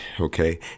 okay